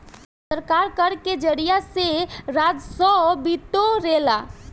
सरकार कर के जरिया से राजस्व बिटोरेला